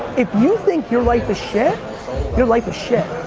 if you think your life is shit your life is shit